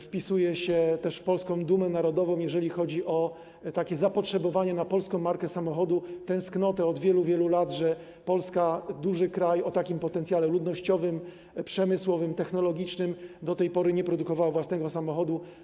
Wpisuje się też w polską dumę narodową, jeżeli chodzi o zapotrzebowanie na polską markę samochodu, tęsknotę od wielu, wielu lat za tym, żeby Polska, duży kraj o takimi potencjale ludnościowym, przemysłowym, technologicznym, który do tej pory nie produkował własnego samochodu.